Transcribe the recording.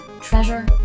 Treasure